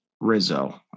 Rizzo